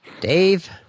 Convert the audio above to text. Dave